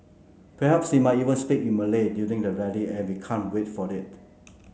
perhaps he might even speak in Malay during the rally and we can't wait for it